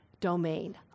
domain